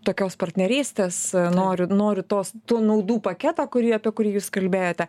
tokios partnerystės noriu noriu tos tų naudų paketo kurį apie kurį jūs kalbėjote